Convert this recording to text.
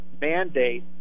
mandate